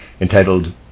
entitled